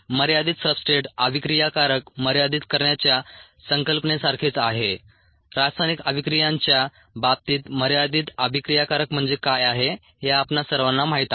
मर्यादित सब्सट्रेट अभिक्रियाकारक मर्यादित करण्याच्या संकल्पनेसारखेच आहे रासायनिक अभिक्रियांच्या बाबतीत मर्यादित अभिक्रियाकारक म्हणजे काय आहे हे आपणा सर्वांना माहित आहे